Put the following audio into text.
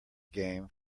game